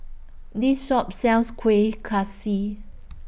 This Shop sells Kuih Kaswi